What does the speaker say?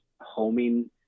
homing